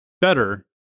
better